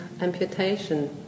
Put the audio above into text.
amputation